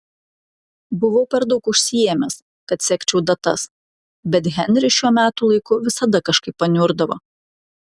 buvau per daug užsiėmęs kad sekčiau datas bet henris šiuo metų laiku visada kažkaip paniurdavo